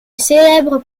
célèbre